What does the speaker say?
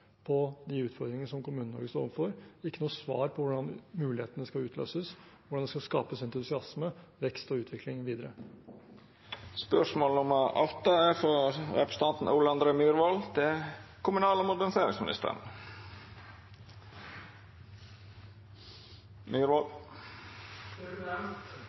på de utfordringene som Kommune-Norge står overfor, ikke noe svar på hvordan mulighetene skal utløses, og hvordan det skal skapes entusiasme, vekst og utvikling videre. «En meningsmåling viste nylig at 73 prosent av de spurte i Østfold ønsker at Viken skal oppløses og